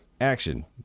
action